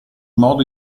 modo